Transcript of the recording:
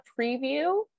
preview